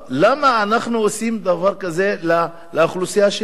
למה אנחנו עושים דבר כזה לאוכלוסייה שלנו?